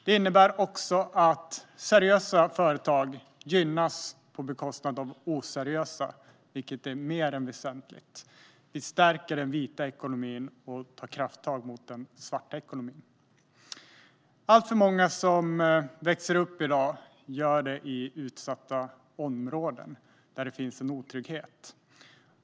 Den innebär också att seriösa företag gynnas på bekostnad av oseriösa, vilket är mer än väsentligt. Vi stärker den vita ekonomin och tar krafttag mot den svarta ekonomin. Alltför många växer i dag upp i utsatta områden där det finns en otrygghet.